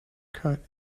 cut